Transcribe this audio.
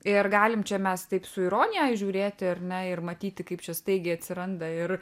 ir galim čia mes taip su ironija žiūrėti ar ne ir matyti kaip čia staigiai atsiranda ir